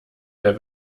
der